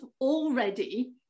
already